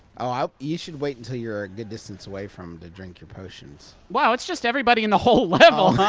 oh, i would you should wait until you're a good distance away from them to drink your potions. wow, it's just everybody in the whole level, huh?